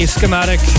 schematic